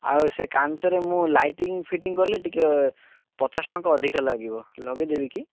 ଆଉ ସେ କାଚରେ ମୁଁ ଲାଇଟିଂ ଫିଟିଙ୍ଗ କଲେ ଟିକେ ପଚାଶ ଟଙ୍କା ଅଧିକା ଲାଗିବା ଲଗେଇଦେବି କି